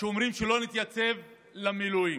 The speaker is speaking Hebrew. שאומרים שלא נתייצב למילואים.